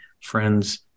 friends